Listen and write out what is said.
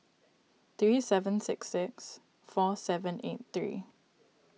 three seven six six four seven eight three